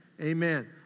Amen